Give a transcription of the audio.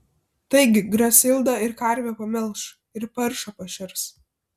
taigi grasilda ir karvę pamelš ir paršą pašers